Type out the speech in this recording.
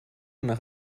nach